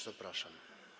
Zapraszam.